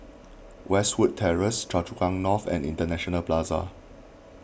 Westwood Terrace Choa Chu Kang North and International Plaza